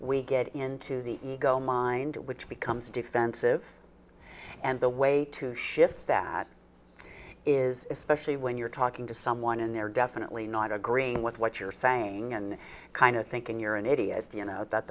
we get into the ego mind which becomes defensive and the way to shift that is especially when you're talking to someone and they're definitely not agreeing with what you're saying and kind of thinking you're an idiot you know that